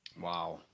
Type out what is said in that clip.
Wow